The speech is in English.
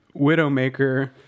Widowmaker